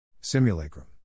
Simulacrum